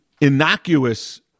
innocuous